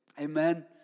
Amen